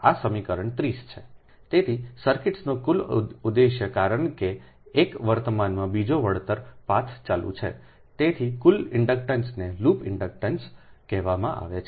આ સમીકરણ 30 છે તેથી સર્કિટ્સનો કુલ ઉદ્દેશ્ય કારણ કે એક વર્તમાનમાં બીજો વળતર પાથ ચાલુ છે તેથી કુલ ઇન્ડક્ટન્સને લૂપ ઇન્ડક્ટન્સ રાઇટ કહેવામાં આવે છે